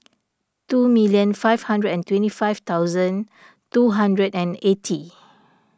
two minute five hundred and twenty five thousand two hundred and eighty